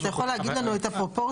אתה יכול להגיד לנו את הפרופורציות?